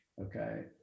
okay